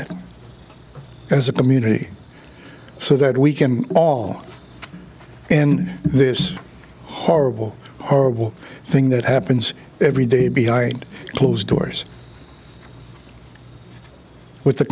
it as a community so that we can all in this horrible horrible thing that happens every day behind closed doors with the